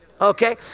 okay